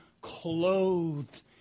clothed